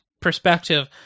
perspective